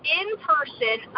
in-person